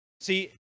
See